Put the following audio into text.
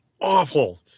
awful